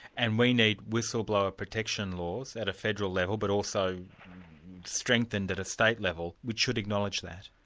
and we need whistleblower protection laws at a federal level but also strengthened at a state level which should acknowledge that.